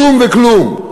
כלום וכלום.